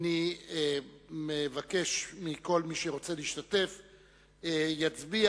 אני מבקש מכל מי שרוצה להשתתף שיצביע,